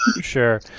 Sure